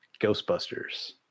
Ghostbusters